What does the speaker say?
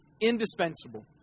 Indispensable